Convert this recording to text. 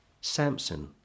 Samson